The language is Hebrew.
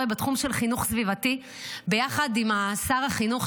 בתחום של חינוך סביבתי יחד עם שר החינוך,